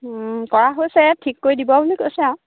কৰা হৈছে ঠিক কৰি দিব বুলি কৈছে আৰু